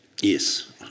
Yes